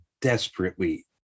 desperately